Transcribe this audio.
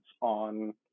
on